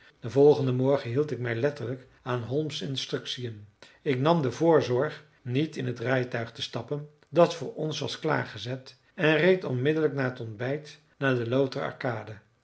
den volgenden morgen hield ik mij letterlijk aan holmes instructiën ik nam de voorzorg niet in het rijtuig te stappen dat voor ons was klaar gezet en reed onmiddellijk na het ontbijt naar de lowther arcade